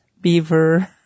beaver